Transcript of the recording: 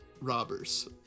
robbers